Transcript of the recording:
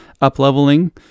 up-leveling